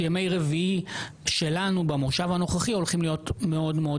שימי רביעי במושב הנוכחי הולכים להיות מאוד-מאוד